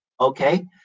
Okay